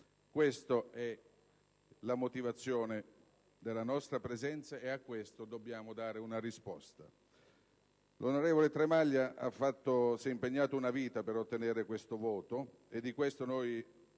Questa è la motivazione della nostra presenza e a questo dobbiamo dare una risposta. L'onorevole Tremaglia si è impegnato una vita per ottenere questo voto e noi